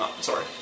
sorry